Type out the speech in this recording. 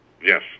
Yes